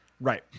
Right